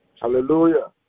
Hallelujah